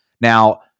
Now